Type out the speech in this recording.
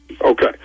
Okay